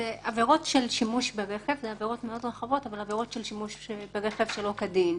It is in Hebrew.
אלו עבירות של שימוש ברכב שלא כדין.